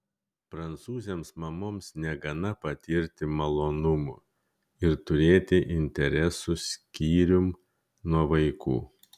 prancūzėms mamoms negana patirti malonumų ir turėti interesų skyrium nuo vaikų